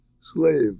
slave